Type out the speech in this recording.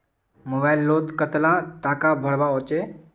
Mobile लोत कतला टाका भरवा होचे?